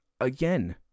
Again